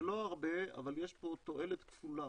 זה לא הרבה, אבל יש פה תועלת כפולה.